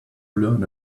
learn